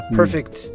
perfect